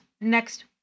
next